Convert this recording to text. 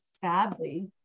sadly